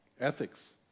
ethics